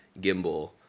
gimbal